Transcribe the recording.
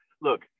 Look